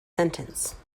sentence